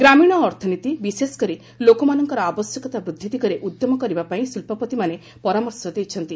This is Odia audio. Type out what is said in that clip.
ଗ୍ରାମୀଣ ଅର୍ଥନୀତି ବିଶେଷ କରି ଲୋକମାନଙ୍କର ଆବଶ୍ୟକତା ବୃଦ୍ଧି ଦିଗରେ ଉଦ୍ୟମ କରିବା ପାଇଁ ଶିଳ୍ପପତିମାନେ ପରାମର୍ଶ ଦେଇଛନ୍ତି